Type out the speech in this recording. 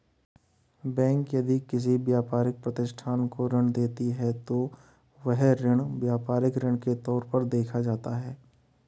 bank यदि किसी व्यापारिक प्रतिष्ठान को ऋण देती है तो वह ऋण व्यापारिक ऋण के तौर पर देखा जाता है